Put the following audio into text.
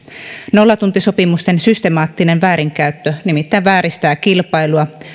nollatuntisopimusten systemaattinen väärinkäyttö nimittäin vääristää kilpailua